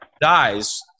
dies